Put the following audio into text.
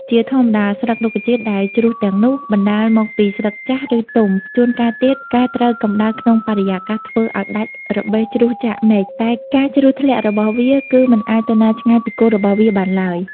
ជាធម្មតា ស្លឹករុក្ខជាតិដែលជ្រុះទាំងនោះ បណ្តាលមកពីស្លឹកចាស់ ឬទុំ ជួនកាលទៀត ការត្រូវកំដៅក្នុងបរិយាកាសធ្វើអោយដាច់របេះជ្រុះចាកមែកតែការជ្រុះធ្លាក់របស់វា គឺមិនអាចទៅណាឆ្ងាយពីគល់របស់វាបានឡើយ។